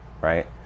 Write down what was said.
right